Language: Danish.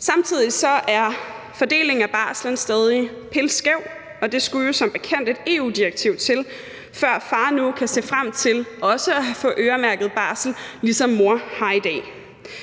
Samtidig er fordelingen af barslen stadig pilskæv, og der skulle jo som bekendt et EU-direktiv til, før far nu kan se frem til også at få øremærket barsel, ligesom mor har i dag.